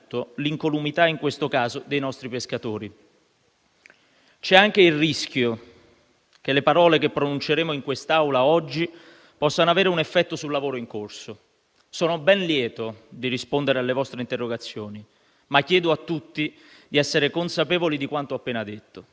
l'incolumità, in questo caso dei nostri pescatori. C'è anche il rischio che le parole che pronunceremo in quest'Aula oggi possano avere un effetto sul lavoro in corso. Sono ben lieto di rispondere alle vostre interrogazioni ma chiedo a tutti di essere consapevoli di quanto ho appena detto.